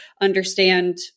understand